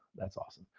that's awesome.